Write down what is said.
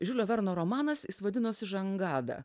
žiulio verno romanas jis vadinosi žangada